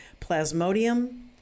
Plasmodium